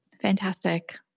Fantastic